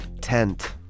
tent